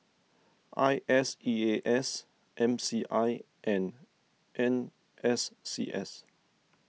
I S E A S M C I and N S C S